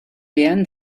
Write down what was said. werden